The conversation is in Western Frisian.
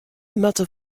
moatte